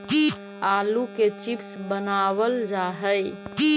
आलू के चिप्स बनावल जा हइ